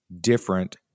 different